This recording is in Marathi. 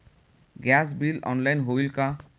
गॅस बिल ऑनलाइन होईल का?